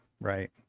right